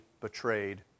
betrayed